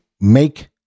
make